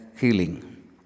healing